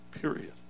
Period